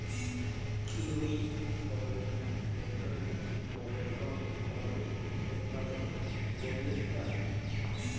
kiwi ফল hectare পত্যি কয়েক টন ফল উৎপাদন করির পায়